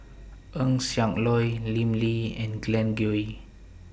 Eng Siak Loy Lim Lee and Glen Goei